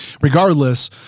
regardless